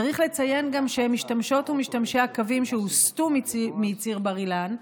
צריך לציין גם שמשתמשות ומשתמשי הקווים שהוסטו מציר בר אילן,